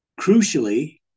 Crucially